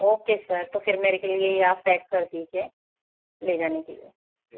okay sir तो फिर मेरे के लिए यह आप पैक कर दीजिए ले जाने के लिए